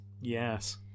yes